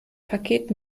paket